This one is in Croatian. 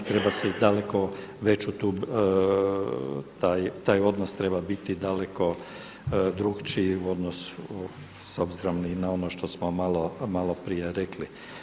Treba se daleku tu veću, taj odnos treba biti daleko drukčiji u odnosu, s obzirom i na ono što smo malo prije rekli.